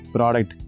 Product